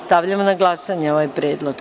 Stavljam na glasanje ovaj predlog.